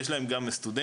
ויש להם גם סטודנטים,